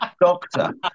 Doctor